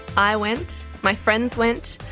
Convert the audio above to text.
i went, my friends went,